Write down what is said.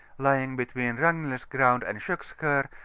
lying between ragnild's ground and kokskar,